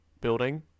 building